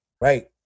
Right